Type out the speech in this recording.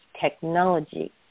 technology